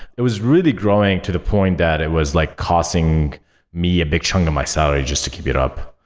it was really growing to the point that it was like causing me a big chunk of my salary just to keep it up.